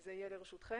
שזה יהיה לרשותכם.